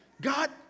God